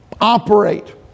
operate